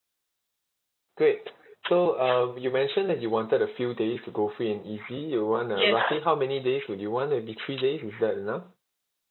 great so uh you mentioned that you wanted a few days to go free and easy you want to roughly how many days would you want to be three days is that enough